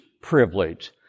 privilege